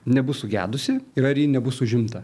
nebus sugedusi ir ar ji nebus užimta